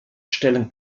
stellen